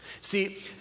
See